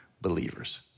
believers